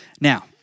Now